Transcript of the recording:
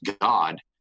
God